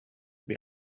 the